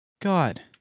God